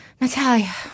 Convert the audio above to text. Natalia